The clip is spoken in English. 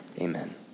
amen